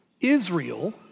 Israel